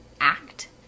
act